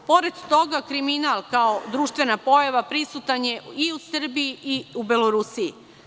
Pored toga kriminal kao društvena pojava prisutan je i u Srbiji i u Belorusiji.